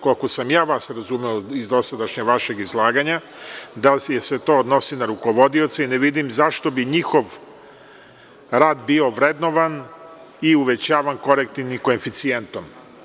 Koliko sam ja vas razumeo iz dosadašnjeg vašeg izlaganja da se to odnosi na rukovodioce i ne vidim zašto bi njihov rad bio vrednovan i uvećavan korektivnim koeficijentom.